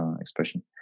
expression